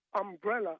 umbrella